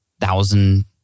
thousand